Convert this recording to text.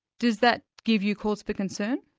does that give you cause for concern?